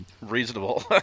reasonable